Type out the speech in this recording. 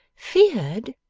feared!